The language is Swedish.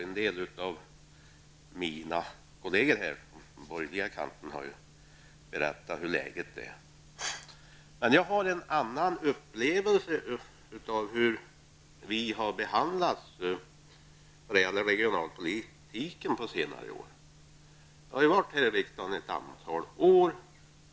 En del av mina kolleger på den borgerliga kanten har dessutom redan här redogjort för läget i det avseendet. Jag har dock en annan upplevelse av hur vi i Värmland under senare år har behandlats när det gäller regionalpolitiken. Själv har jag suttit med i riksdagen ett antal år.